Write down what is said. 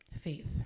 Faith